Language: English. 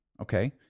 Okay